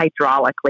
hydraulically